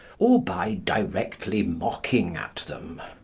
or by directly mocking at them.